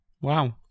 Wow